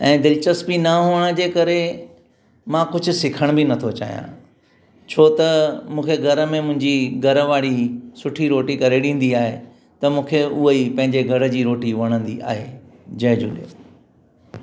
ऐं दिलिचस्पी न हुअण जे करे मां कुझु सिखणु बि न थो चाहियां छो त मूंखे घर में मुंहिंजी घर वारी सुठी रोटी करे ॾींदी आहे त मूंखे उहा ई पंहिंजे घर जी रोटी वणंदी आहे जय झूले